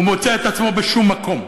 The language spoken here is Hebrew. הוא מוצא את עצמו בשום מקום,